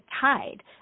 tide